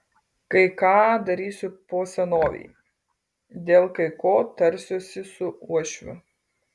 kai ką darysiu po senovei dėl kai ko tarsiuosi su uošviu